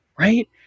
right